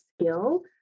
skill